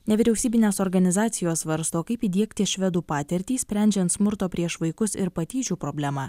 nevyriausybinės organizacijos svarsto kaip įdiegti švedų patirtį sprendžiant smurto prieš vaikus ir patyčių problema